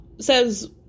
says